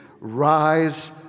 rise